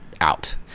out